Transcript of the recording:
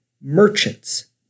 merchants